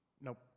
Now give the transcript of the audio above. Nope